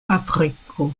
afriko